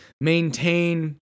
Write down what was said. maintain